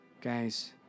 Guys